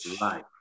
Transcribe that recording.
life